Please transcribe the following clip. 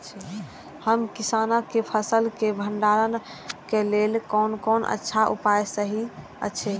हम किसानके फसल के भंडारण के लेल कोन कोन अच्छा उपाय सहि अछि?